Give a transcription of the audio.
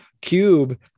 Cube